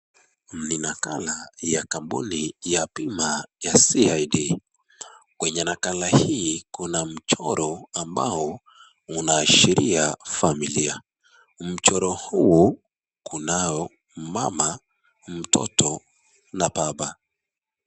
Ni nakala ya kampuni ya bima ya CID .Kwenye nakala hii kuna mchoro ambao unaashiria familia. Mchoro huu kunao mama, mtoto na baba.